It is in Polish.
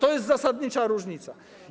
To jest zasadnicza różnica.